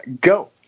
Go